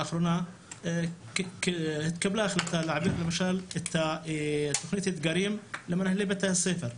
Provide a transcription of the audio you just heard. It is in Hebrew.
לאחרונה התקבלה החלטה להעביר למשל את תכנית אתגרים למנהלי בתי הספר.